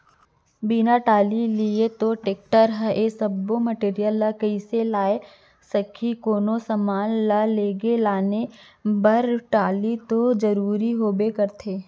बिना टाली ल लिये तोर टेक्टर ह ए सब्बो मटेरियल ल कइसे लाय सकही, कोनो समान ल लेगे लाने बर टाली तो जरुरी होबे करथे